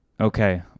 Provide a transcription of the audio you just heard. Okay